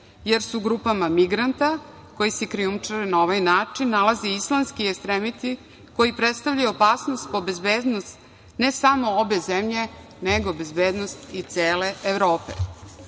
jer se u grupama migranata koji se krijumčare na ovaj način nalaze islamski ekstremisti koji predstavljaju opasnost po bezbednost ne samo obe zemlje, nego i bezbednost i cele Evrope. Naš